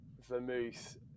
Vermouth